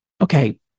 okay